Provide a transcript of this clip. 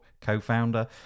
co-founder